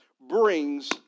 brings